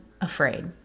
afraid